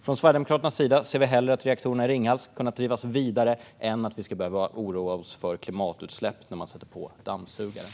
Från Sverigedemokraternas sida skulle vi hellre ha sett att reaktorerna i Ringhals hade kunnat drivas vidare än att man skulle behöva oroa sig för klimatutsläpp när man sätter på dammsugaren.